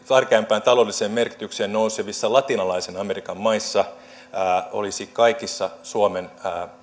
tärkeämpään taloudelliseen merkitykseen nousevien latinalaisen amerikan maiden kohdalla olisi suomen